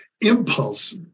impulse